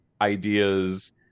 ideas